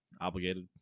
Obligated